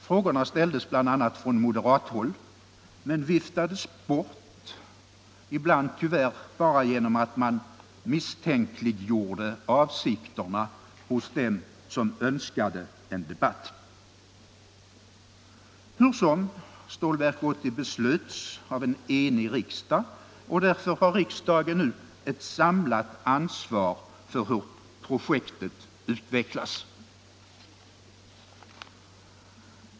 Frågorna ställdes bl.a. från moderathåll men viftades bort, ibland tyvärr bara genom att man misstänkliggjorde avsikterna hos dem som önskade en debatt. Hur som, Stålverk 80 beslöts av en enig riksdag, och därför har riksdagen nu ett samlat ansvar för hur projektet utvecklas.